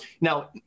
Now